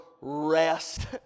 rest